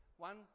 One